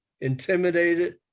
intimidated